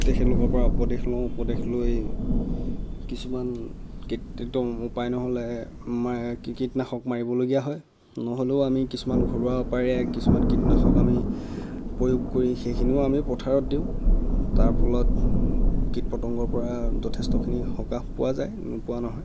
তেখেত লোকৰ পৰা উপদেশ লওঁ উপদেশ লৈ কিছুমান উপায় নহ'লে কীটনাশক মাৰিবলগীয়া হয়